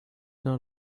not